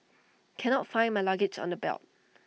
cannot find my luggage on the belt